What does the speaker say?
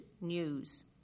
news